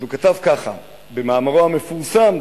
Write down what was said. הוא כתב ככה במאמרו המפורסם,